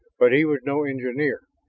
but he was no engineer,